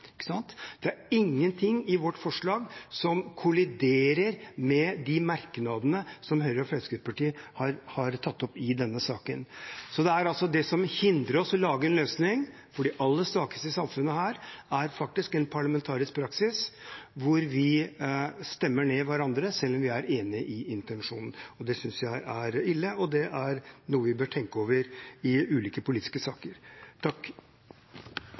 Det er ingenting i vårt forslag som kolliderer med de merknadene som Høyre og Fremskrittspartiet har i denne saken. Det som hindrer oss i å lage en løsning for de aller svakeste i samfunnet, er faktisk en parlamentarisk praksis hvor vi stemmer hverandre ned, selv om vi er enig i intensjonen. Det synes jeg er ille, og det er noe vi bør tenke over i ulike politiske saker.